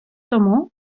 тому